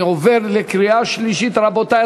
אני עובר לקריאה שלישית, רבותי.